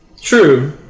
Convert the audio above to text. True